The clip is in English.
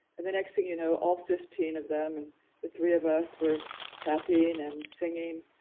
and the next thing you know, all fifteen of them, and the three of us were tapping and singing.